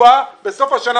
בסוף השנה,